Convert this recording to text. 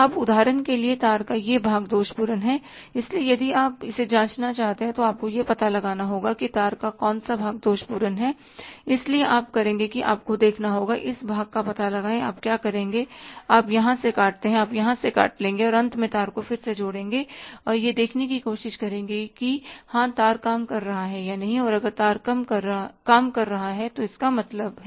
अब उदाहरण के लिए तार का यह भाग दोष पूर्ण है इसलिए यदि आप इसे जाँचना चाहते हैं तो आपको यह पता लगाना होगा कि तार का कौन सा भाग दोष पूर्ण है इसलिए आप करेंगे कि आपको देखना होगा इस भाग का पता लगाएँ कि आप क्या करेंगे आप यहां से काटते हैं आप यहां से काट लेंगे अंत में तार को फिर से जोड़ेंगे और यह देखने की कोशिश करेंगे कि हां तार काम कर रहा है या नहीं और अगर तार काम कर रहा है तो इसका मतलब है